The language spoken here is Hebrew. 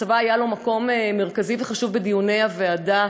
הצבא, היה לו מקום מרכזי וחשוב בדיוני הוועדה,